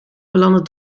belanden